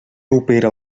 opera